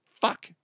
fuck